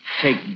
take